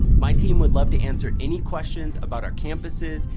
my team would love to answer any questions about our campuses,